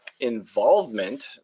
involvement